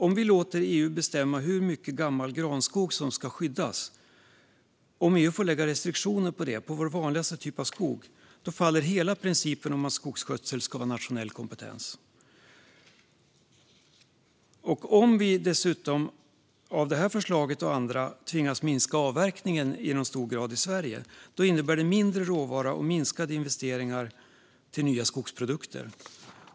Om vi låter EU bestämma hur mycket gammal granskog som ska skyddas, det vill säga låter EU lägga restriktioner på vår vanligaste typ av skog, då faller ju hela principen om att skogsskötsel ska vara nationell kompetens. Om Sverige dessutom på grund av det här förslaget, och andra förslag, tvingas minska avverkningen i stor grad innebär detta mindre råvara och minskade investeringar till nya skogsprodukter.